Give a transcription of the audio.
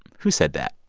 who said that?